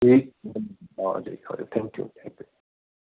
ਜੀ thank you thank you